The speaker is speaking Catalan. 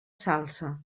salsa